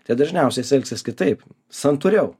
tai dažniausiai jis elgsis kitaip santūriau